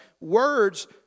words